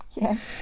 Yes